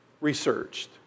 researched